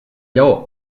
lleó